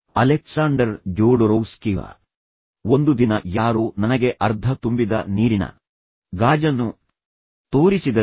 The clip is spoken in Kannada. ಅಲೆಕ್ಸಾಂಡರ್ ಜೋಡೊರೊವ್ಸ್ಕಿಃ ಒಂದು ದಿನ ಯಾರೋ ನನಗೆ ಅರ್ಧ ತುಂಬಿದ ನೀರಿನ ಗಾಜನ್ನು ತೋರಿಸಿದರು